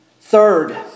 Third